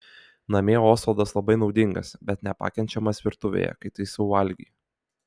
namie osvaldas labai naudingas bet nepakenčiamas virtuvėje kai taisau valgį